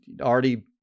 already